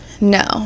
no